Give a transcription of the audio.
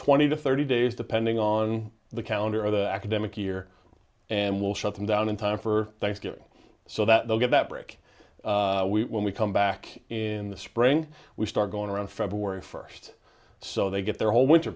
twenty to thirty days depending on the calendar of the academic year and we'll shut them down in time for thanksgiving so that they'll get that break we when we come back in the spring we start going around february first so they get their whole winter